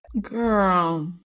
girl